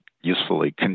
Usefully